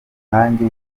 nkanjye